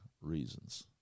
reasons